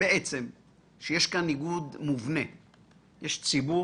שיש כאן ניגוד מובנה - יש ציבור,